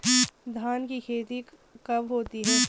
धान की खेती कब होती है?